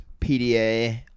PDA